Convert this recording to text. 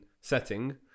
setting